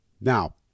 Now